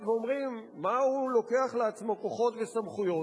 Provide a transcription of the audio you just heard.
ואומרים: מה הוא לוקח לעצמו כוחות וסמכויות?